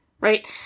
right